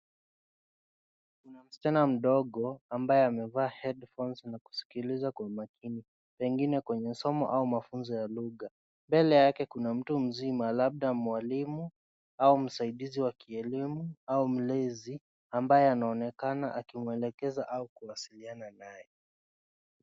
Kuna msichana mdogo ambaye amevaa headphones na kusikiliza kwa umakini, pengine kwenye somo au mafunzo ya lugha. Mbele yake kuna mtu mzima, labda mwalimu au msaidizi wa kielimu au mlezi ambaye anaonekana akimwelekeza au kuwasiliana naye.